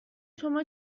شما